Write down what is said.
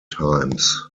times